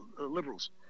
liberals